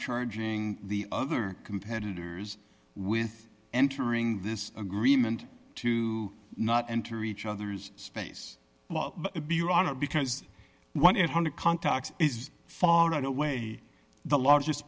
charging the other competitors with entering this agreement to not enter each other's space to be your honor because one thousand eight hundred contacts is far and away the largest